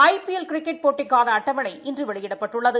ஐ P L cricket போட்டிக்கான அட்டவணை இன்று வெளியிடப்பட்டுள்ளது